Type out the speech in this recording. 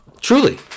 Truly